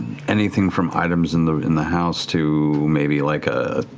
anything from items in the in the house, to maybe like a